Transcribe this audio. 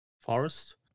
forest